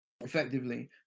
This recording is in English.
Effectively